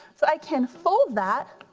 so i can fold that